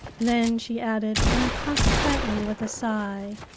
then she added inconsequently, with a sigh,